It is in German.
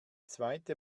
zweite